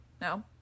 no